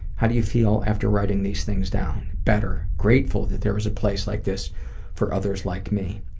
how do you feel after writing these things down? better. grateful that there is a place like this for others like me.